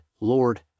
Lord